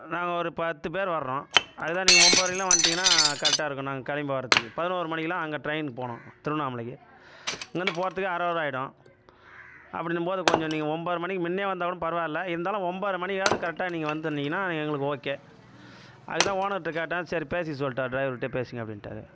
நாங்கள் ஒரு பத்து பேர் வர்றோம் அதுக்கு தான் நீங்கள் ஒன்போதரைக்கெல்லாம் வந்துட்டீங்கனா கரெக்டாக இருக்கும் நாங்கள் கிளம்பி வர்றதுக்கு பதினோரு மணிக்கெல்லாம் அங்கே ட்ரெயினுக்கு போகணும் திருவண்ணாமலைக்கு இங்கேயிருந்து போகிறதுக்கே ஆறு ஹவர் ஆகிடும் அப்டின்னும் போது கொஞ்சம் நீங்கள் ஒன்பதரை மணிக்கு முன்னே வந்தால் கூட பரவாயில்ல இருந்தாலும் ஒன்பதரை மணிக்காவது கரெக்டாக நீங்கள் வந்திருந்தீங்கனா எங்களுக்கு ஓகே அதுக்கு தான் ஓனர்ட்ட கேட்டேன் சரி பேசிக்க சொல்லிட்டாரு டிரைவர்கிட்டேயே பேசிக்கங்க அப்படின்ட்டாரு